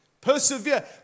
Persevere